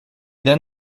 then